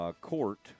court